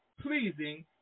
pleasing